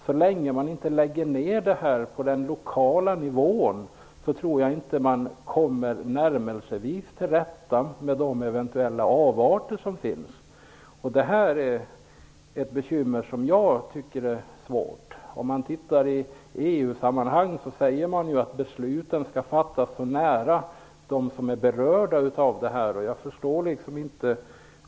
Så länge man inte lägger ner detta på den lokala nivån tror jag inte man kommer till rätta med de eventuella avarter som finns. Detta är ett bekymmer som jag tycker är svårt. I EU-sammanhang säger man att besluten skall fattas så nära dem som är berörda som möjligt.